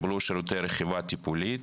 קיבלו שירותי רכיבה טיפולית